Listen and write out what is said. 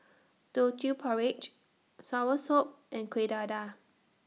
Teochew Porridge Soursop and Kueh Dadar